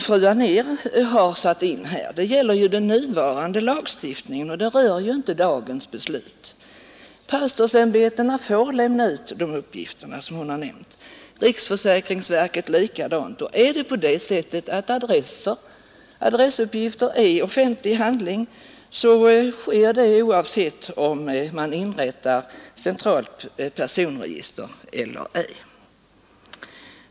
Fru Anérs kritik gäller ju den nuvarande lagstiftningen, och det har inte med dagens beslut att göra. Pastorsämbetena får lämna ut de uppgifter som hon har nämnt, riksförsäkringsverket likaså. Och om nu adressuppgifter är offentlig handling, så sker detta oavsett om man inrättar ett centralt personregister eller ej.